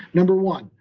number one,